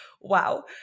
Wow